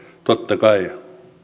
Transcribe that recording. totta kai